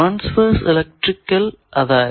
transverse electrical അതായതു